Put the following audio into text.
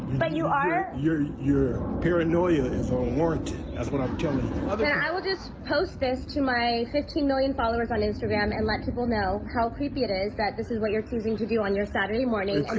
but you are. your your paranoia is unwarranted, that's what i'm telling you. then i will just post this to my fifteen million followers on instagram and let people know how creepy it is that this is what you're choosing to do on your saturday morning